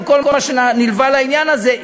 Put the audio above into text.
על כל מה שנלווה לעניין הזה,